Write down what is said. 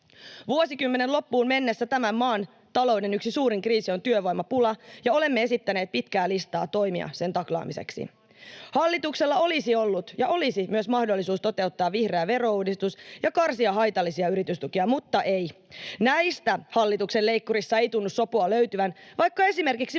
Vuosikymmenen loppuun mennessä tämän maan talouden yksi suurin kriisi on työvoimapula, ja olemme esittäneet pitkää listaa toimia sen taklaamiseksi. Hallituksella olisi ollut ja myös olisi mahdollisuus toteuttaa vihreä verouudistus ja karsia haitallisia yritystukia, mutta ei. Näistä hallituksen leikkurissa ei tunnu sopua löytyvän, vaikka esimerkiksi vammaisilta